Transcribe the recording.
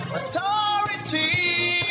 authority